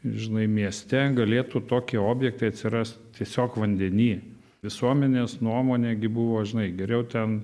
žinai mieste galėtų tokie objektai atsirast tiesiog vandeny visuomenės nuomonė gi buvo žinai geriau ten